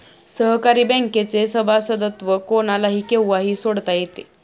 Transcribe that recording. सहकारी बँकेचे सभासदत्व कोणालाही केव्हाही सोडता येते